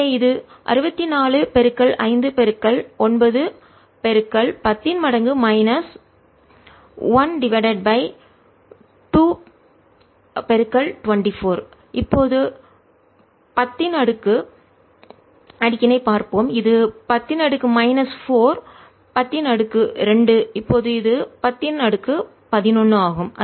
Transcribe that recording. எனவே இது 64 5 9 10 1 divided by 2 24 இப்போது 10 மதிப்பு ஐ பார்ப்போம் இது 10 4 10 2 இப்போது இது 10 11 ஆகும்